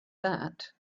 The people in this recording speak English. that